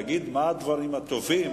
עמיתי חברי הכנסת,